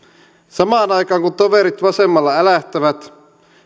samaan aikaan kun toverit vasemmalla älähtävät